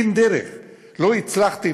אין דרך, לא הצלחתי.